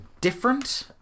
different